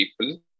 people